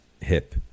hip